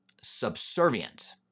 subservient